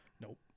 Nope